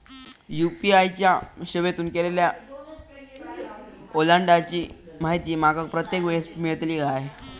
UPI च्या सेवेतून केलेल्या ओलांडाळीची माहिती माका प्रत्येक वेळेस मेलतळी काय?